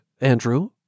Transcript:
Andrew